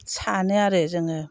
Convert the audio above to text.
सानो आरो जोङो